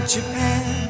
Japan